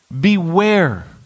Beware